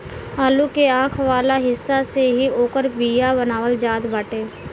आलू के आंख वाला हिस्सा से ही ओकर बिया बनावल जात बाटे